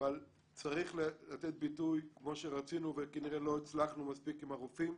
צריך לתת ביטוי כמו שרצינו וכנראה לא הצלחנו מספיק עם הרופאים,